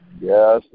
Yes